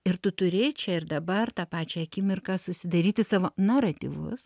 ir tu turi čia ir dabar tą pačią akimirką susidaryti savo naratyvus